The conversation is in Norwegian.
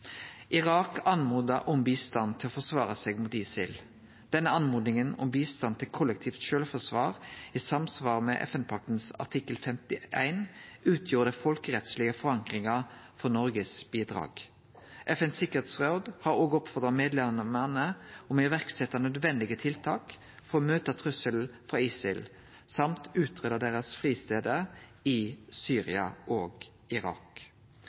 Irak bad om bistand til å forsvare seg mot ISIL. Denne oppmodinga om bistand til kollektivt sjølvforsvar i samsvar med artikkel 51 i FN-pakta utgjorde den folkerettslege forankringa for Noregs bidrag. FNs sikkerheitsråd har òg oppfordra medlemene om å setje i verk nødvendige tiltak for å møte trusselen frå ISIL og dessutan utrydde fristadene deira i Syria og Irak.